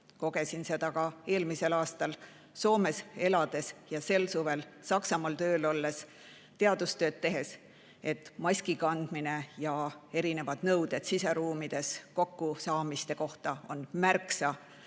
Kogesin seda ka eelmisel aastal Soomes elades ja sel suvel Saksamaal tööl olles, teadustööd tehes, et maski kandmine ja muud nõuded siseruumides kokkusaamiste kohta on märksa